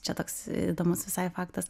čia toks įdomus visai faktas